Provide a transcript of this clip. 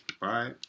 Bye